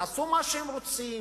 יעשו מה שהם רוצים,